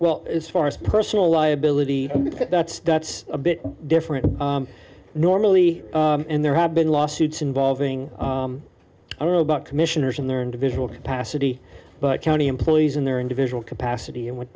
well as far as personal liability that's that's a bit different normally and there have been lawsuits involving i don't know about commissioners in their individual capacity but county employees in their individual capacity